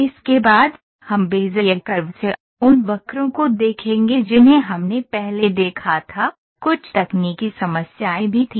इसके बाद हम बेज़ियर कर्व्स उन वक्रों को देखेंगे जिन्हें हमने पहले देखा था कुछ तकनीकी समस्याएं भी थीं